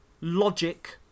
logic